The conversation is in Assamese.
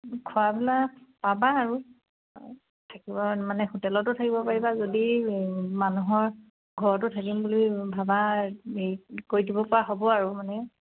খোৱা মেলা পাবা আৰু থাকিব মানে হোটেলতো থাকিব পাৰিবা যদি মানুহৰ ঘৰতো থাকিম বুলি ভাবা হেৰি কৰি দিব পৰা হ'ব আৰু মানে